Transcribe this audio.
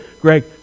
Greg